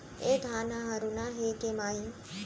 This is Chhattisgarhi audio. ए धान ह हरूना हे के माई?